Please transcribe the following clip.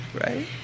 Right